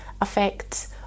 affects